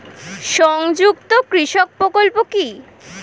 সংযুক্ত কৃষক প্রকল্প কি?